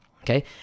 okay